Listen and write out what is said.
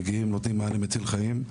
מגיעים, נותנים מענה מציל חיים.